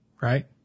Right